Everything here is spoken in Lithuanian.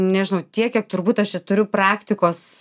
nežinau tiek kiek turbūt aš čia turiu praktikos